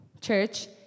church